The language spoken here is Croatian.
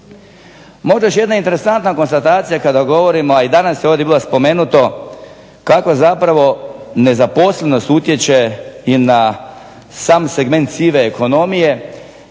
Možda još jedna interesantna konstatacija kada govorimo, a i danas je ovdje bilo spomenuto kako zapravo nezaposlenost utječe i na sam segment sive ekonomije,